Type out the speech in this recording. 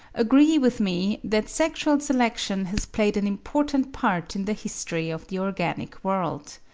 agree with me, that sexual selection has played an important part in the history of the organic world.